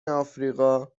آفریقا